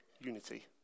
unity